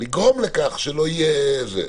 לגרום לכך שלא יהיו יותר.